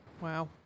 Wow